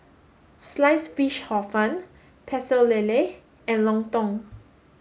sliced fish Hor fun Pecel Lele and Lontong